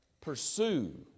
pursue